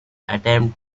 attempt